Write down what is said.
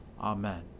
Amen